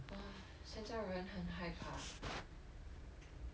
整个人很害怕